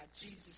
Jesus